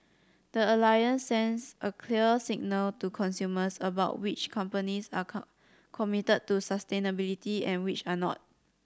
the Alliance since a clear signal to consumers about which companies are committed to sustainability and which are not